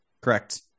correct